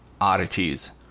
oddities